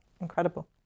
incredible